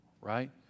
right